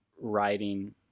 writing